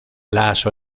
las